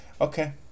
Okay